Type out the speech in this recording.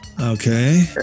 Okay